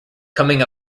coming